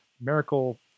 Miracle